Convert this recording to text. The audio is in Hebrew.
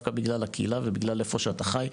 דווקא בגלל הקהילה ובגלל איפה שאתה חי,